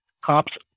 cops